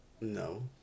no